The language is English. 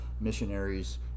missionaries